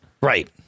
Right